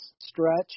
stretch